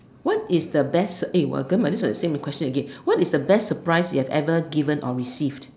what is the best eh !wah! how come this one is the same question again what is the best surprise you have ever given or received